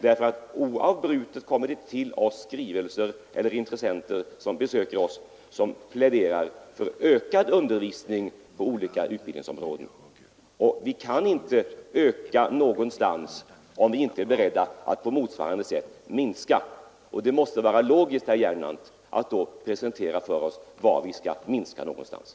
Vi får ideligen ta emot skrivelser eller besökande intressenter som pläderar för ökad undervisning på olika utbildningsområden, men vi kan inte öka någonstans om vi inte är beredda att på motsvarande sätt minska på annat håll. Då måste det vara logiskt, herr Gernandt, att presentera för oss vad vi skall minska på skolschemat.